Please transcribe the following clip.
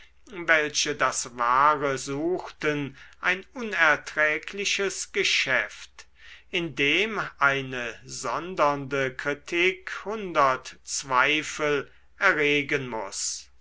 welche das wahre suchten ein unerträgliches geschäft indem eine sondernde kritik hundert zweifel erregen muß